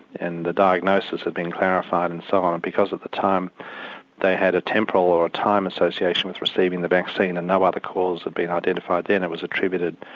and the diagnosis had been clarified and so on, and because of time they had a temporal or a time association with receiving the vaccine and no other cause had been identified then, it was attributed,